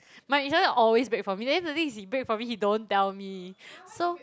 my instructor always brake for me then the thing is he brake for me he don't tell me so